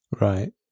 right